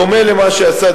דומה למה שעשה,